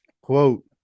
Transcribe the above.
quote